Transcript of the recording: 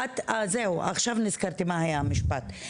זהו, עכשיו נזכרתי מה היה המשפט.